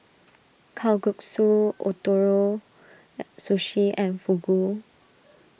Kalguksu Ootoro Sushi and Fugu